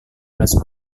belas